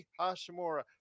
Hashimura